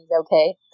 okay